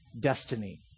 destiny